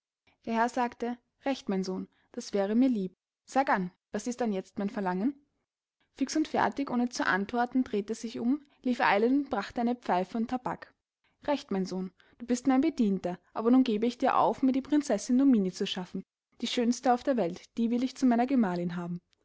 der herr sagte recht mein sohn das wäre mir lieb sag an was ist anjetzt mein verlangen fix und fertig ohne zu antworten drehte sich um lief eilend und brachte eine pfeife und taback recht mein sohn du bist mein bedienter aber nun gebe ich dir auf mir die prinzessin nomini zu schaffen die schönste auf der welt die will ich zu meiner gemahlin haben